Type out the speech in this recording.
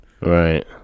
Right